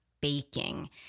baking